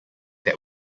that